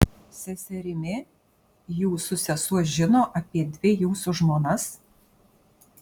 seserimi jūsų sesuo žino apie dvi jūsų žmonas